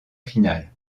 finale